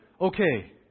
okay